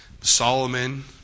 Solomon